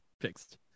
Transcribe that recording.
fixed